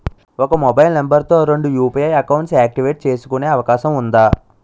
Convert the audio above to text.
ఒక mobile number తో రెండు యు.పి.ఐ అకౌంట్స్ యాక్టివేట్ చేసుకునే అవకాశం వుందా?